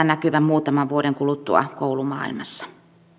näkyvän muutaman vuoden kuluttua koulumaailmassa